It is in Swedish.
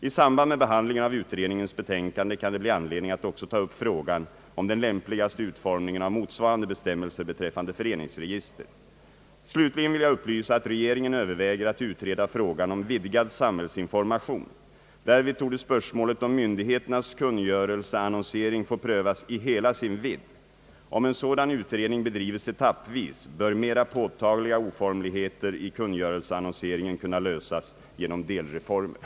I samband med behandlingen av utredningens betänkande kan det bli an ledning att också ta upp frågan om den lämpligaste utformningen av motsvarande bestämmelser beträffande föreningsregister. Slutligen vill jag upplysa att regeringen överväger att utreda frågan om vidgad sambhällsinformation. Därvid torde spörsmålet om myndigheternas kungörelseannonsering få prövas i hela sin vidd. Om en sådan utredning bedrivs etappvis, bör mera påtagliga oformligheter i kungörelseannonseringen kunna lösas genom delreformer.